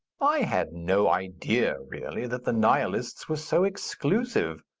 i had no idea, really, that the nihilists were so exclusive.